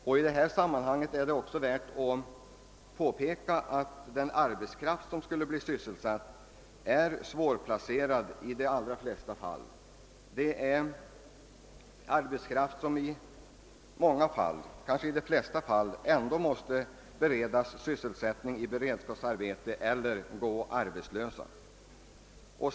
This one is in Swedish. I detta sammanhang är det ock så värt att påpeka att den arbetskraft som därigenom skulle bli sysselsatt är svårplacerad; det är människor som i många, kanske i de flesta fall, ändå måste beredas sysselsättning i beredskapsarbete eller gå arbetslösa.